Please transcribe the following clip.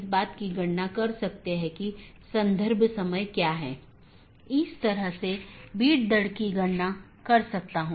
इसका मतलब है कि कौन से पोर्ट और या नेटवर्क का कौन सा डोमेन आप इस्तेमाल कर सकते हैं